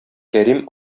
кәрим